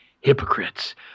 hypocrites